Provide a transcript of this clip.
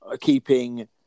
keeping